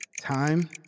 Time